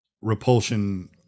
repulsion